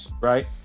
Right